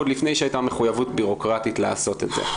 עוד לפני שהייתה מחויבות בירוקרטית לעשות את זה.